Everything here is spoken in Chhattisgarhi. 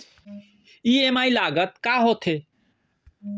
ई.एम.आई लागत का होथे?